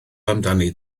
amdani